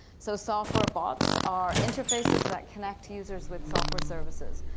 so software bots are interfaces that connect users with software services.